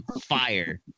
fire